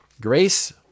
Grace